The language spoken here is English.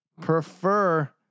prefer